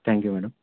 thank you madam